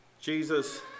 Jesus